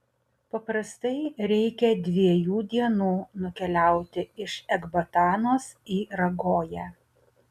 paprastai reikia dviejų dienų nukeliauti iš ekbatanos į ragoją